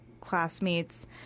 classmates